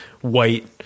white